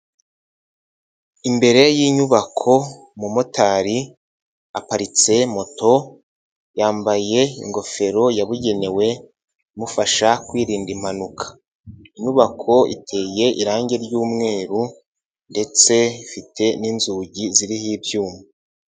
Imbere y'inyubako, umumotari aparitse moto, yambaye ingofero yabugenewe imufasha kwirinda impanuka, inyubako iteye irangi ry'umweru ndetse ifite n'inzugi ziriho ibyuma.